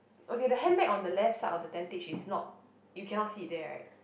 okay the handbag on the left side of the tentage is not you cannot see it there right